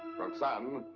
roxane.